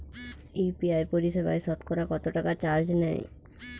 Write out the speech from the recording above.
UPI পরিসেবায় সতকরা কতটাকা চার্জ নেয়?